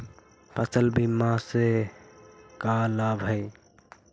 फसल बीमा से का लाभ है?